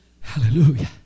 Hallelujah